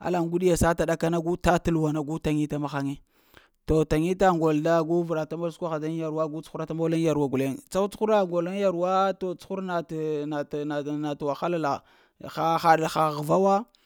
Ala uŋguɗi sata ɗakana na gu ta t'luwa na, gu taŋita ma haŋge, to taŋita ŋgol na gu vrata mol skwaha daŋ yarwa, gu cuhurata mol ŋ yarwa guleŋ tsa wa cuhura gol ŋ yarwa to cuhura na t'-nat’ na t’ t’ whala lo, ha l’ t’ hva wa.